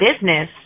business